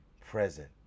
present